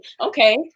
Okay